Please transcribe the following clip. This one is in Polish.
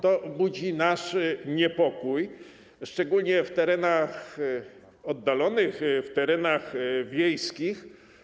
To budzi nasz niepokój, szczególnie na terenach oddalonych, na terenach wiejskich.